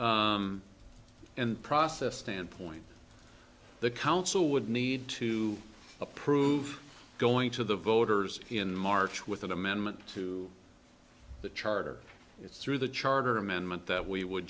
and process standpoint the council would need to approve going to the voters in march with an amendment to the charter it's through the charter amendment that we would